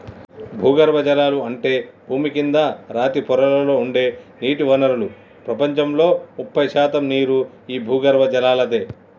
భూగర్బజలాలు అంటే భూమి కింద రాతి పొరలలో ఉండే నీటి వనరులు ప్రపంచంలో ముప్పై శాతం నీరు ఈ భూగర్బజలలాదే